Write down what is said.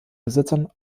besitzern